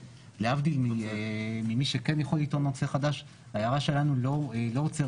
להבדיל ממי שכן יכול לטעון נושא חדש ההערה שלנו לא עוצרת